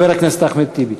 וחבר הכנסת אחמד טיבי.